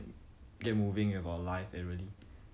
cannot anyhow go and test for all this nonsense